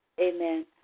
Amen